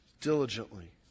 diligently